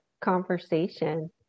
conversation